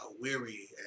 weary